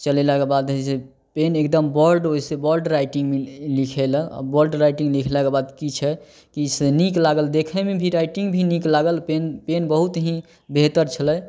चलेलाके बाद होइ छै पेन एगदम वर्ड ओहिसे वर्ड राइटिन्ग लिखैलए वर्ड राइटिन्ग लिखलाके बाद कि छै कि से नीक लागल देखैमे भी राइटिन्ग भी नीक लागल पेन पेन बहुत ही बेहतर छलै